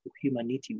humanity